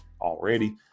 already